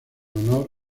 honor